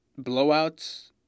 blowouts